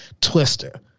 Twister